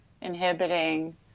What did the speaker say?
inhibiting